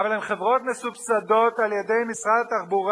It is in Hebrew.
אבל הן חברות מסובסדות על-ידי משרד התחבורה